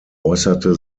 äußerte